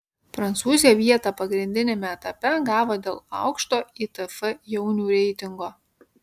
prancūzė vietą pagrindiniame etape gavo dėl aukšto itf jaunių reitingo